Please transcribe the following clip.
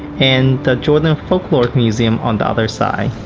and the jordan folklore museum on the other side.